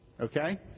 okay